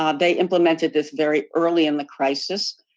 um they implemented this very early in the crisis.